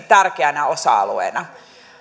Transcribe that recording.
tärkeänä osa alueena omaishoidon kehittämisessä